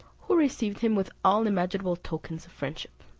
who received him with all imaginable tokens of friendship.